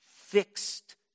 fixed